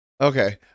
okay